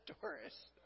Doris